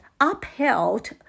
upheld